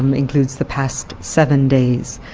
um includes the past seven days.